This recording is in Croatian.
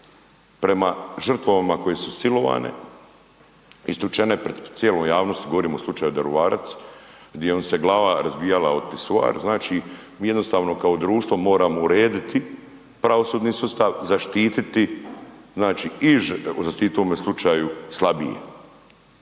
prema žrtvama koje su silovane, istučene pred cijelom javnosti, govorimo o slučaju Daruvarac, di joj se glava razbijala od pisoar, znači mi jednostavno kao društvo moramo urediti pravosudni sustav, zaštititi znači i, zaštititi u ovome slučaju slabije.